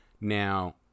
Now